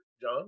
John